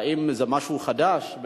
האם זה משהו חדש,